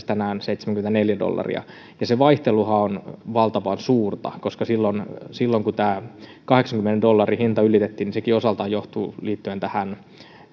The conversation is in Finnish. tänään seitsemänkymmentäneljä dollaria ja se vaihteluhan on valtavan suurta koska silloin silloin kun tämä kahdeksankymmenen dollarin hinta ylitettiin sekin osaltaan liittyi tähän